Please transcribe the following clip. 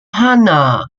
hannah